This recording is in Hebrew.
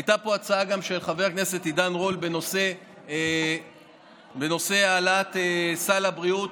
הייתה פה גם הצעה של חבר הכנסת עידן רול בנושא העלאת סל הבריאות,